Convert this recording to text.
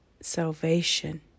salvation